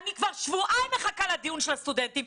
אני כבר שבועיים מחכה לדיון של הסטודנטים.